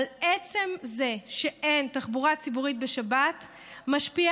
אבל עצם זה שאין תחבורה ציבורית בשבת משפיע